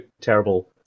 terrible